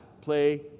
play